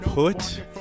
Put